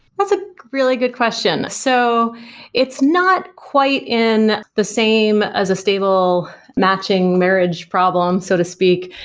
that's a really good question. so it's not quite in the same as a stable matching marriage problem, so to speak,